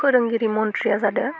फोरोंगिरि मन्थ्रिआ जादों